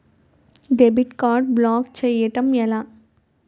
Debit card block చేయటం ఎలా?